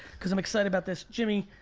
cause i'm excited about this. jimmy,